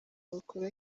bakora